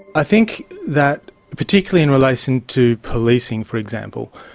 i think that particularly in relation to policing, for example,